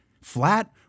flat